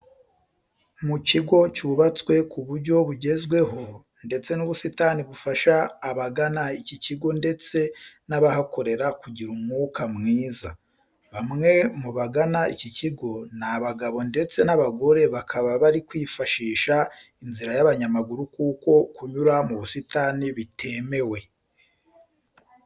Mu kigo cyubatswe ku buryo bugezweho, ndetse n'ubusitani bufasha abagana iki kigo ndetse n'abahakorera kugira umwuka mwiza. Bamwe mu bagana iki kigo ni abagabo ndetse n'abagore bakaba bari kwifashisha inzira y'abanyamaguru kuko kunyura mu busitani bitemewe.